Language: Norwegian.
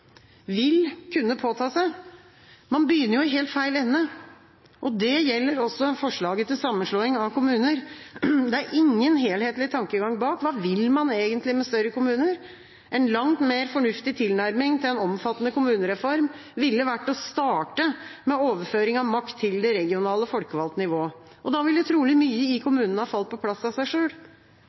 vil kunne påta seg flere oppgaver som hittil har tilfalt staten og/eller Fylkesmannen». «Vil kunne påta seg»? Man begynner jo i helt feil ende. Det gjelder også forslaget til sammenslåing av kommuner. Det er ingen helhetlig tankegang bak. Hva vil man egentlig med større kommuner? En langt mer fornuftig tilnærming til en omfattende kommunereform ville vært å starte med overføring av makt til det regionale folkevalgte nivået. Da ville trolig mye i kommunene ha falt på plass av seg